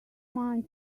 mind